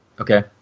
Okay